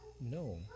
no